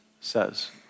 says